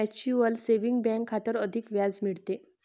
mutual saving bank खात्यावर अधिक व्याज मिळते